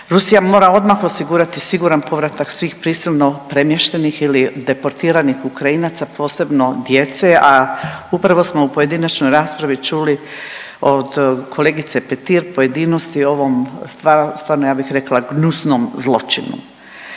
Rusija mora odmah osigurati siguran povratak svih prisilno premještenih ili deportiranih Ukrajinaca posebno djece, a upravo smo u pojedinačnoj raspravi čuli od kolegice Petir pojedinosti o ovom stvarno ja bih rekla gnjusnom zločinu.